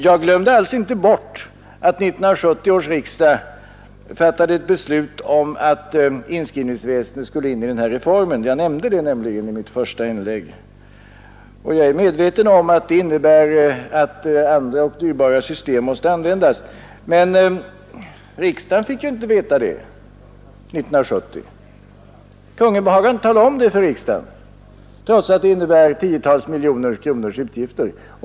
Jag glömde alls inte bort att 1970 års riksdag fattade ett beslut om att inskrivningsväsendet skulle in i den här reformen; jag nämnde det nämligen i mitt första inlägg. Jag är medveten om att det innebär att andra och dyrbara system måste användas, men riksdagen fick ju inte veta det 1970. Kungl. Maj:t behagade inte tala om det för riksdagen, trots att det innebär tiotals miljoner kronors utgifter.